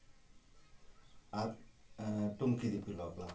ᱟᱨ ᱴᱩᱝᱠᱤ ᱫᱤᱯᱤᱞ ᱵᱟᱯᱞᱟ